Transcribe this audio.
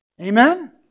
Amen